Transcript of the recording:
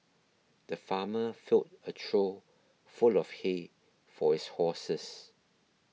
the farmer filled a trough full of hay for his horses